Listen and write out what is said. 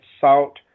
Salt